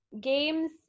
games